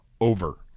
over